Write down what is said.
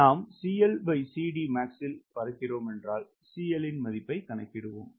நாம் இல் பறக்கிறோம் என்றால் CL இன் மதிப்பை கணக்கிடுவோம்